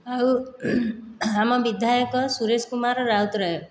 ଆଉ ଆମ ବିଧାୟକ ସୁରେଶ କୁମାର ରାଉତରାୟ